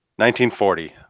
1940